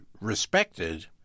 respected